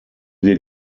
wir